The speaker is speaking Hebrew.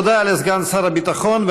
תודה לסגן שר הביטחון,